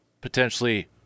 potentially